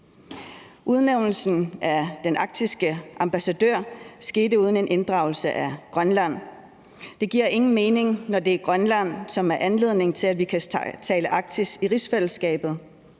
udnævnelsen af den arktiske ambassadør uden en inddragelse af Grønland. Det giver ingen mening, når det er Grønland, som er anledningen til, at vi kan tale Arktis i rigsfællesskabet.